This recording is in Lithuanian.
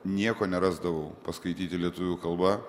nieko nerasdavau paskaityti lietuvių kalba